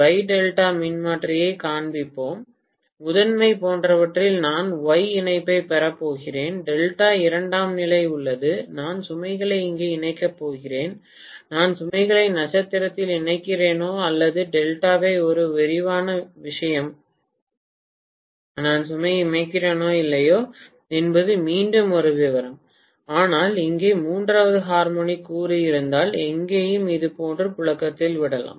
வை delta மின்மாற்றியைக் காண்பிப்பேன் முதன்மை போன்றவற்றில் நான் Y இணைப்பைப் பெறப் போகிறேன் டெல்டா இரண்டாம் நிலையில் உள்ளது நான் சுமைகளை இங்கே இணைக்கப் போகிறேன் நான் சுமைகளை நட்சத்திரத்தில் இணைக்கிறேனா அல்லது டெல்டாவை ஒரு விரிவான விஷயம் நான் சுமையை இணைக்கிறேனா இல்லையா என்பது மீண்டும் ஒரு விவரம் ஆனால் இங்கே மூன்றாவது ஹார்மோனிக் கூறு இருந்தால் இங்கேயும் இதுபோன்று புழக்கத்தில் விடலாம்